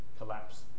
collapse